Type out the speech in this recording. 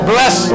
Bless